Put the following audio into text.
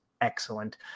excellent